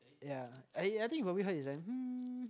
ya I I think you probably heard this one